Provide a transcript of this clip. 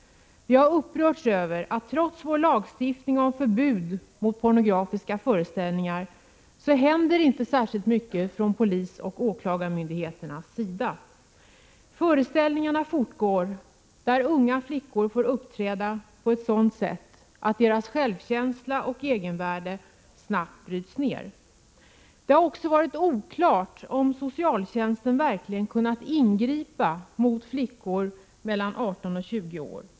Vi har upprörts över att det trots vår lagstiftning om förbud mot pornografiska föreställningar inte händer särskilt mycket från polisens och åklagarmyndigheternas sida. Föreställningarna fortgår. Där får unga flickor uppträda på ett sådant sätt att deras självkänsla och egenvärde snabbt bryts ner. Det har också varit oklart om socialtjänsten verkligen har kunnat ingripa mot flickor i åldern 18-20 år.